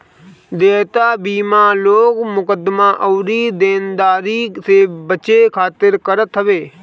देयता बीमा लोग मुकदमा अउरी देनदारी से बचे खातिर करत हवे